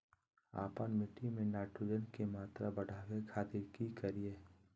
आपन मिट्टी में नाइट्रोजन के मात्रा बढ़ावे खातिर की करिय?